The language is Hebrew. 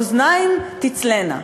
אוזניים תצילנה.